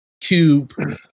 cube